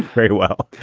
very well.